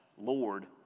Lord